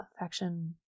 affection